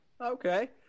Okay